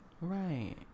Right